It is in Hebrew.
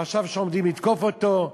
חשב שעומדים לתקוף אותו,